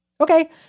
okay